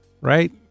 right